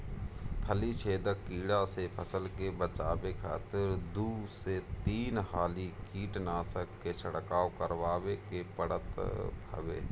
फली छेदक कीड़ा से फसल के बचावे खातिर दू से तीन हाली कीटनाशक के छिड़काव करवावे के पड़त हवे